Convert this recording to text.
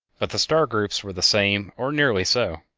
but the star groups were the same or nearly so.